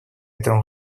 этому